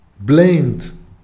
blamed